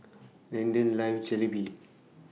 Leander loves Jalebi